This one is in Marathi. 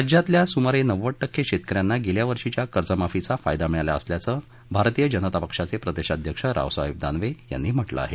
राज्यातल्या सुमारे नव्वद टक्के शेतक यांना गेल्यावर्षीच्या कर्जमाफीचा फायदा मिळाला असल्याचं भारतीय जनता पक्षाचे प्रदेशाध्यक्ष रावसाहेब दानवे यांनी म्हटलं आहे